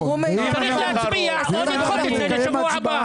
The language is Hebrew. צריך להצביע או לדחות את זה לשבוע הבא.